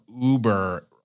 uber